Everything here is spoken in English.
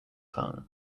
tongue